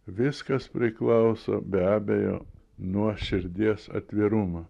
viskas priklauso be abejo nuo širdies atvirumą